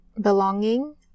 belonging